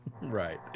right